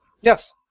Yes